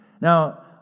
Now